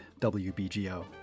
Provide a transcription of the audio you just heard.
WBGO